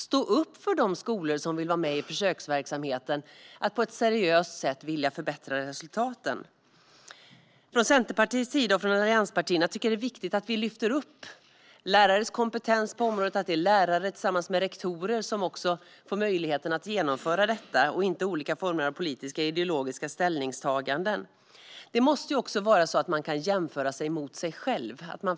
Stå upp för de skolor som vill vara med i försöksverksamheten och som på ett seriöst sätt vill förbättra resultaten! Centerpartiet och allianspartierna tycker att det är viktigt att vi lyfter upp lärares kompetens på området. Det är lärare och rektorer, inte olika former av politiska ideologiska ställningstaganden, som får möjlighet att genomföra detta. Man måste kunna jämföra med sig själv.